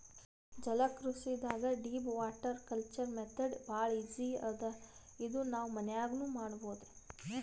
ಜಲಕೃಷಿದಾಗ್ deep water culture method ಭಾಳ್ easy ಅದಾ ಇದು ನಾವ್ ಮನ್ಯಾಗ್ನೂ ಮಾಡಬಹುದ್